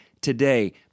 today